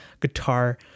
guitar